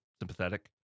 sympathetic